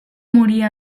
morir